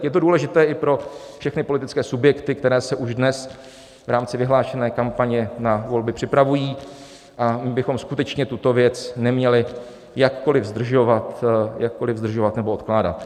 Je to důležité i pro všechny politické subjekty, které se už dnes v rámci vyhlášené kampaně na volby připravují, a my bychom skutečně tuto věc neměli jakkoliv zdržovat nebo odkládat.